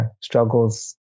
struggles